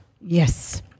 Yes